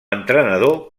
entrenador